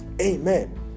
Amen